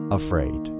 afraid